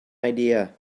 idea